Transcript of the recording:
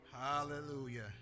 Hallelujah